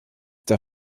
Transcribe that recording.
der